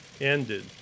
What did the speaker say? ended